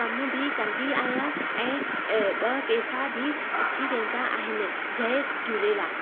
कमु बि कंदी आहियां ऐं ॿ पेसा बि अची वेंदा आहिनि जय झूलेलाल